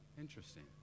Interesting